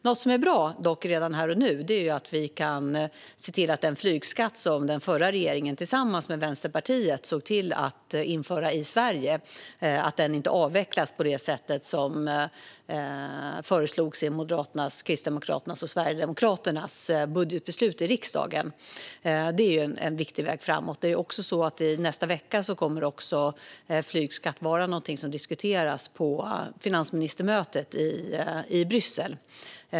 Något som dock är bra redan här och nu är att vi kan se till att den flygskatt som den förra regeringen tillsammans med Vänsterpartiet införde i Sverige inte avvecklas på det sätt som föreslogs i Moderaternas, Kristdemokraternas och Sverigedemokraternas budgetbeslut i riksdagen. Det är en viktig väg framåt. Nästa vecka kommer också flygskatt att vara någonting som diskuteras på finansministermötet i Bryssel.